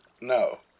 No